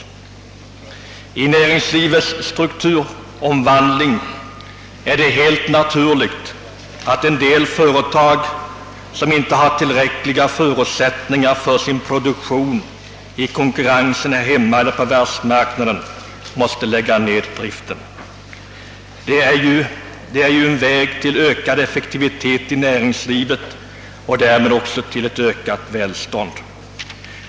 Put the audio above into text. Vid näringslivets strukturomvandling är det helt naturligt att en del företag, som inte har tillräckliga förutsättningar för sin produktion, ej kan bestå i konkurrensen här hemma och på världsmarknaden utan måste lägga ned driften. Detta är ju en väg till ökad effektivitet i näringslivet och därmed också till ett högre välstånd.